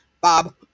Bob